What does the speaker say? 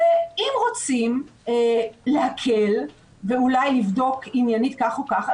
אם רוצים להקל ואולי לבדוק עניינית כך או כך,